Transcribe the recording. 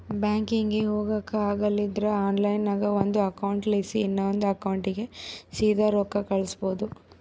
ಬ್ಯಾಂಕಿಗೆ ಹೊಗಾಕ ಆಗಲಿಲ್ದ್ರ ಆನ್ಲೈನ್ನಾಗ ಒಂದು ಅಕೌಂಟ್ಲಾಸಿ ಇನವಂದ್ ಅಕೌಂಟಿಗೆ ಸೀದಾ ರೊಕ್ಕ ಕಳಿಸ್ಬೋದು